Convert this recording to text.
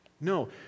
No